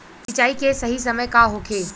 सिंचाई के सही समय का होखे?